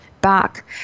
back